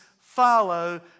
follow